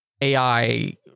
AI